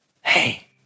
Hey